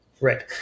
Right